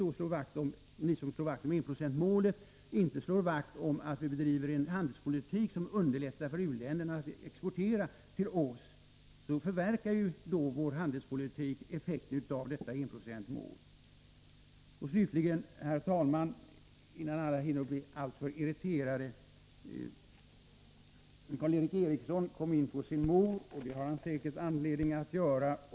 När ni som slår vakt om enprocentsmålet inte slår vakt om att vi bedriver en handelspolitik som underlättar för u-länder att exportera till oss förverkar vår handelspolitik effekten av enprocentsmålet. Herr talman! Slutligen, innan alla hinner bli alltför irriterade: Karl Erik Eriksson kom in på sin mor, och det har han säkert anledning att göra.